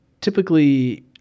typically